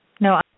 No